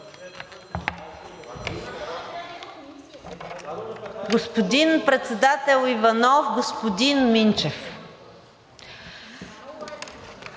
Господин Председател, господин Минчев